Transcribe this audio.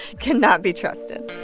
cannot be trusted